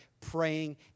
praying